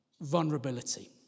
vulnerability